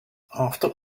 after